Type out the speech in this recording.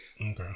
Okay